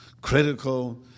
critical